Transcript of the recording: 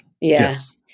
Yes